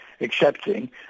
accepting